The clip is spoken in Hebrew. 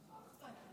בבקשה.